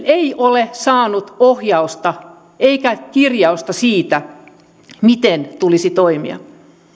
ei ole saanut ohjausta eikä kirjausta siitä miten tulisi toimia